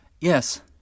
Yes